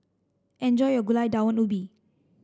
enjoy your Gulai Daun Ubi